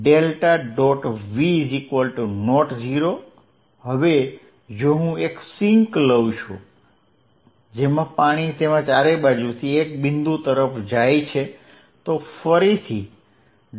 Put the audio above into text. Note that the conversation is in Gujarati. v0 હવે જો હું એક સિંક લઉં છું જેમાં પાણી તેમાં ચારે બાજુથી એક બિંદુ તરફ જાય છે તો ફરીથી